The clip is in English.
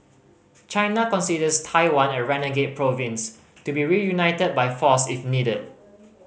China considers Taiwan a renegade province to be reunited by force if needed